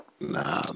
Nah